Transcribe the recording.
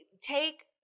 take